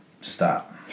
stop